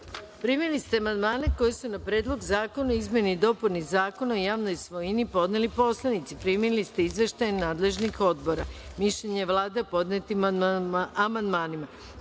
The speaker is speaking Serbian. celini. Primili ste amandmane koje su na Predlog zakona o izmeni i dopuni Zakona o javnoj svojini podneli poslanici. Primili ste izveštaje nadležnih odbora, mišljenje Vlade o podnetim amandmanima. Pošto